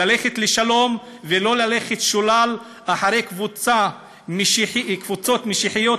ללכת לשלום ולא ללכת שולל אחרי קבוצות משיחיות